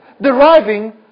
deriving